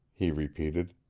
he repeated,